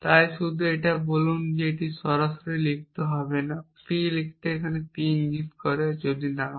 তাই শুধু বলুন যে এটি সরাসরি লিখতে হবে না P লিখতে P ইঙ্গিত করে যদি না হয়